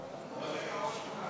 כרגע אורן חזן.